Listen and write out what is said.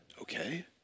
okay